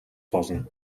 болно